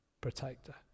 protector